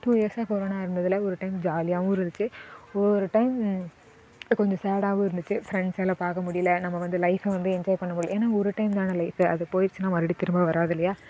two இயர்ஸாக corona இருந்ததில் ஒரு டைம் ஜாலியாகவும் இருந்துச்சு ஒவ்வொரு டைம் கொஞ்சம் சேடாகவும் இருந்துச்சு ஃப்ரண்ட்ஸ் எல்லாம் பார்க்க முடியல நம்ம வந்து லைஃபை வந்து என்ஜாய் பண்ண முடியல ஏன்னா ஒரு டைம் தானே லைஃபே அது போய்ருச்சுனா மறுபடியும் திரும்ப வராது இல்லையா